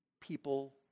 people